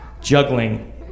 juggling